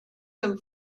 him